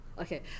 okay